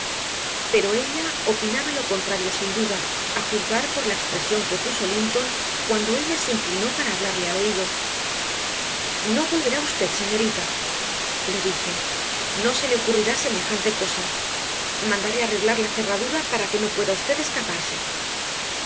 pero ella opinaba lo contrario sin duda a juzgar por la expresión que puso linton cuando ella se inclinó para hablarle al oído no volverá usted señorita le dije no se le ocurrirá semejante cosa mandaré arreglar la cerradura para que no pueda usted escaparse